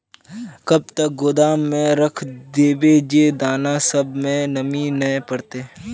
कब तक गोदाम में रख देबे जे दाना सब में नमी नय पकड़ते?